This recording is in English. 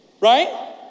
Right